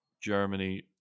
Germany